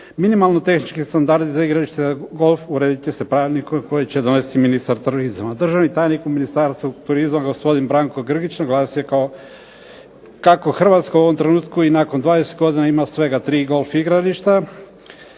Minimalni tehnički standardi za igralište za golf uredit će se pravilnikom koji će donijeti ministar turizma. Državni tajnik u Ministarstvu turizma gospodin Branko Grgić naglasio je kako Hrvatska u ovom trenutku i nakon 20 godina ima svega tri golf igrališta